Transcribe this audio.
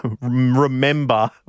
remember